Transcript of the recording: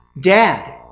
Dad